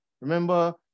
Remember